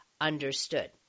understood